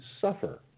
suffer